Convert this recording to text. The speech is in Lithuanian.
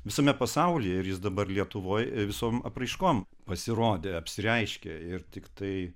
visame pasaulyje ir jis dabar lietuvoj visom apraiškom pasirodė apsireiškė ir tiktai